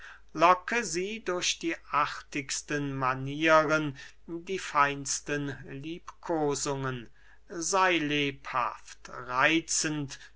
locke sie durch die artigsten manieren die feinsten liebkosungen sey lebhaft